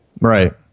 Right